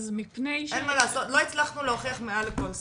אין מה לעשות, לא הצלחנו להוכיח מעל לכל ספק.